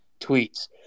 tweets